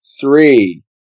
three